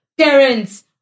parents